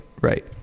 right